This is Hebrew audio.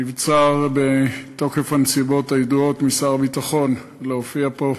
נבצר בתוקף הנסיבות הידועות משר הביטחון להופיע פה,